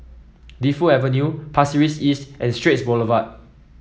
Defu Avenue Pasir Ris East and Straits Boulevard